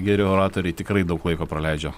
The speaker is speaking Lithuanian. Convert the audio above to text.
geri oratoriai tikrai daug laiko praleidžia